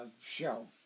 Show